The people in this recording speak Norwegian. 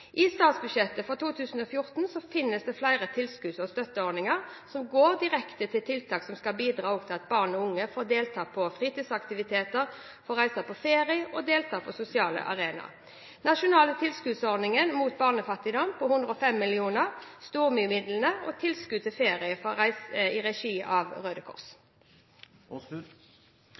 I statsbudsjettet for 2014 finnes det flere tilskudds- og støtteordninger som går direkte til tiltak som skal bidra til at barn og unge får deltatt på fritidsaktiviteter, får reise på ferie og deltatt på sosiale arenaer: Nasjonal tilskuddsordning mot barnefattigdom, på 105 mill. kr, storbymidlene og tilskudd til Ferie for alle i regi av